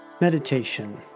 Meditation